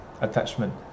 attachment